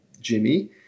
jimmy